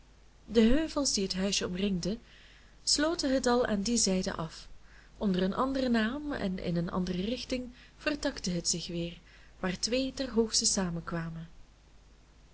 de heuvels die het huisje omringden sloten het dal aan die zijde af onder een anderen naam en in een andere richting vertakte het zich weer waar twee der hoogste